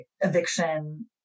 eviction